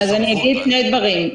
אגיד שני דברים.